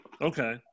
Okay